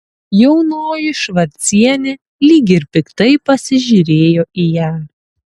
jaunoji švarcienė lyg ir piktai pasižiūrėjo į ją